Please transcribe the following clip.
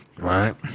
right